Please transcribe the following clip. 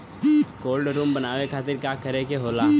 Cold room बनावे खातिर का करे के होला?